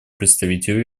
представителю